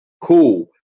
cool